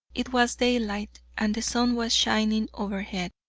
it was daylight, and the sun was shining overhead.